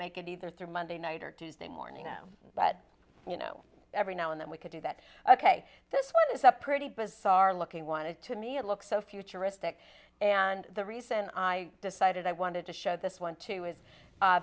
make it either through monday night or tuesday morning no but you know every now and then we could do that ok this is a pretty bizarre looking wanted to me it looks so futuristic and the reason i decided i wanted to show this one too